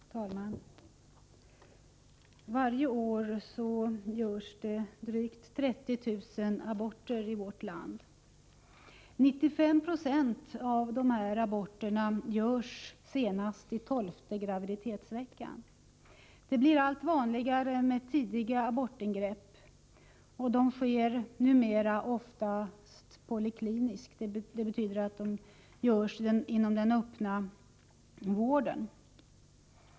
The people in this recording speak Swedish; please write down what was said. Fru talman! Varje år utförs drygt 30 000 aborter i vårt land. 95 20 av aborterna genomförs senast i 12:e graviditetsveckan. Det blir allt vanligare med tidiga abortingrepp, och de sker numera oftast polikliniskt, dvs. inom den öppna vården.